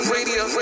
Radio